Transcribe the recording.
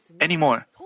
anymore